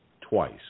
Twice